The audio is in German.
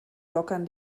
lockern